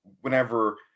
whenever